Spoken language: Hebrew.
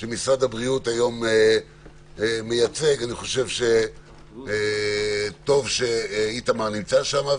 שמשרד הבריאות היום מייצג, טוב שאיתמר נמצא שם.